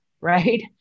right